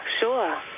sure